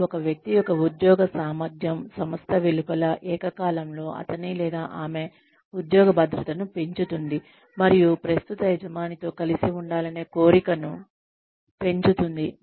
ఇది ఒక వ్యక్తి యొక్క ఉద్యోగ సామర్థ్యం సంస్థ వెలుపల ఏకకాలంలో అతని లేదా ఆమె ఉద్యోగ భద్రతను పెంచుతుంది మరియు ప్రస్తుత యజమానితో కలిసి ఉండాలనే కోరిక ను పెన్చుతుంది